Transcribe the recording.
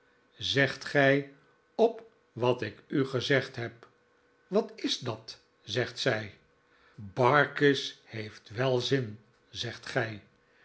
zegt gij op wat ik u gezegd heb wat is dat zegt zij barkis heeft wel zin zegt gij